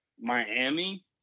Miami